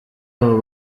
abo